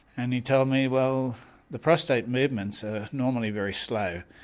and he told me well the prostate movements are normally very slow.